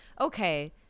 okay